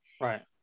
Right